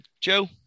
Joe